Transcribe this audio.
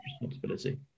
responsibility